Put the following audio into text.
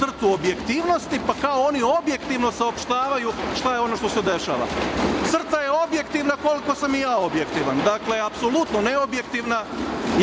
crtu objektivnosti pa kao oni objektivno saopštavaju šta je ono što se dešava. CRTA je objektivna koliko sam i ja objektivan. Dakle, apsolutno neobjektivna. Ja